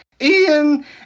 Ian